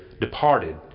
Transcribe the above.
departed